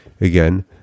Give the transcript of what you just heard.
Again